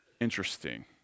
interesting